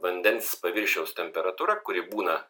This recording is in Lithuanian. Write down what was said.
vandens paviršiaus temperatūra kuri būna